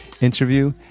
interview